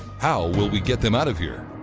how will we get them out of here?